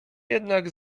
jednak